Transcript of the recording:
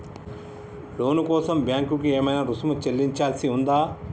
లోను కోసం బ్యాంక్ కి ఏమైనా రుసుము చెల్లించాల్సి ఉందా?